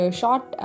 short